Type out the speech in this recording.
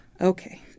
Okay